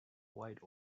white